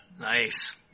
Nice